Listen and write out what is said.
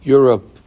Europe